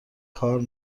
کار